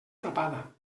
tapada